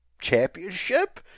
championship